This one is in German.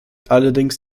allerdings